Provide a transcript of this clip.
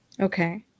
okay